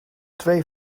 twee